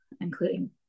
including